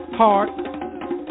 Heart